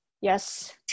yes